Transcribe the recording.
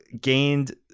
gained